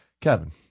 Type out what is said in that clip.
Kevin